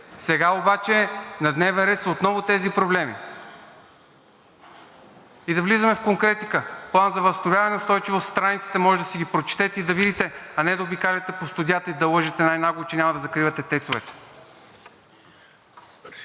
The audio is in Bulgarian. Сега обаче на дневен ред са отново тези проблеми. И да влизаме в конкретика – План за възстановяване и устойчивост, страниците можете да си ги прочетете и да видите, а не да обикаляте по студията и да лъжете най-нагло, че няма да закривате ТЕЦ-овете.